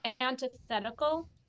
antithetical